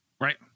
Right